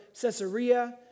Caesarea